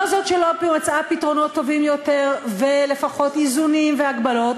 לא זו בלבד שלא מצאה פתרונות טובים יותר ולפחות איזונים והגבלות,